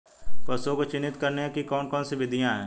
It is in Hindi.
पशुओं को चिन्हित करने की कौन कौन सी विधियां हैं?